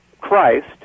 Christ